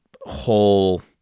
whole